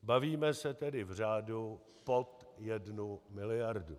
Bavíme se tedy v řádu pod jednu miliardu.